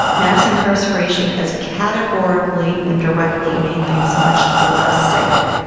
mass incarceration has categorically and directly made things much less safe.